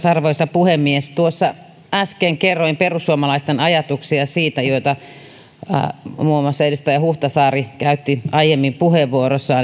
arvoisa puhemies äsken kerroin perussuomalaisten ajatuksia siitä mistä muun muassa edustaja huhtasaari käytti aiemmin puheenvuoron